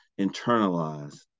internalize